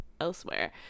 elsewhere